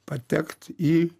patekt į